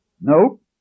Nope